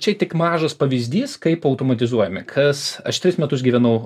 čia tik mažas pavyzdys kaip automatizuojami kas aš tris metus gyvenau